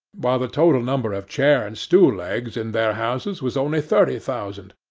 while the total number of chair and stool legs in their houses was only thirty thousand,